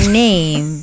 name